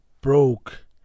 broke